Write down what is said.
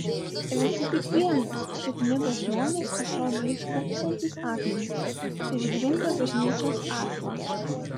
visi kaip vienas sukniubę žmonės atrodo lyg pūpsantys akmenys išgrindę bažnyčios aslą